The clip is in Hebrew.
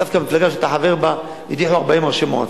דווקא שר ממפלגה שאתה חבר בה הדיח 40 ראשי מועצות,